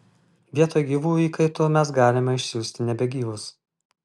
vietoj gyvų įkaitų mes galime išsiųsti nebegyvus